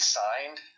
signed